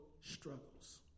struggles